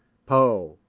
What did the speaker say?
poe,